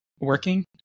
working